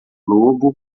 lobo